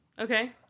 Okay